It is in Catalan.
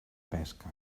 pesca